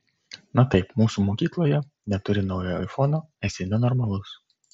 na taip mūsų mokykloje neturi naujo aifono esi nenormalus